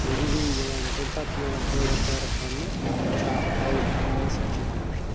review یِوان تٔمۍ ساتہٕ چھِ یِوان تھٲڈ اٮ۪مپیرَس وَنٛنہٕ یہِ چھا اَوُٹ کِنہٕ نا سُتہِ چھِ یِوان وُچھنہٕ